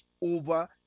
over